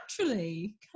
naturally